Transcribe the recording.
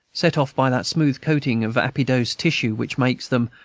set off by that smooth coating of adipose tissue which makes them,